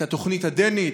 את התוכנית הדנית.